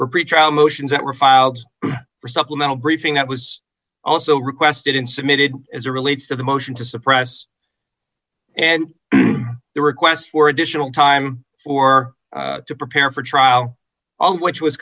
pretrial motions that refiled for supplemental briefing that was also requested and submitted as a relates to the motion to suppress and the requests for additional time for to prepare for trial all of which was